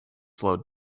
slowed